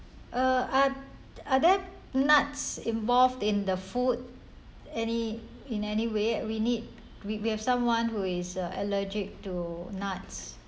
uh are are there nuts involved in the food any in any way we need we we have someone who is uh allergic to nuts